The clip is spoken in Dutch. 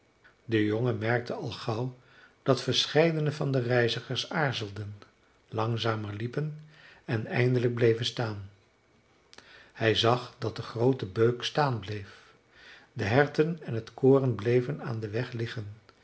de jongen merkte al gauw dat verscheidene van de reizigers aarzelden langzamer liepen en eindelijk bleven staan hij zag dat de groote beuk staan bleef de herten en het koren bleven aan den weg liggen